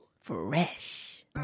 Fresh